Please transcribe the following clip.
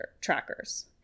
trackers